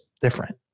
different